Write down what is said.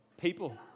people